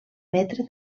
metre